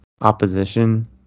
opposition